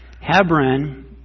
Hebron